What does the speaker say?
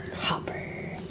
Hopper